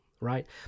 right